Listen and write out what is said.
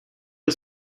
you